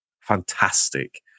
Fantastic